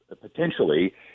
potentially